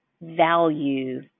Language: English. value